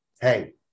Hey